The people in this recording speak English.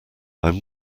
i’m